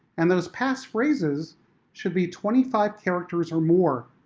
and those pass phrases should be twenty five characters or more.